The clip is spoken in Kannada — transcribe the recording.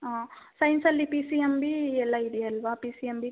ಹಾಂ ಸೈನ್ಸಲ್ಲಿ ಪಿ ಸಿ ಎಮ್ ಬಿ ಎಲ್ಲ ಇದೆಯಲ್ವ ಪಿ ಸಿ ಎಮ್ ಬಿ